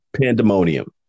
pandemonium